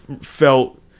felt